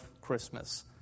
Christmas